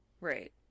Right